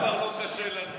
לא קשה לי בכלל.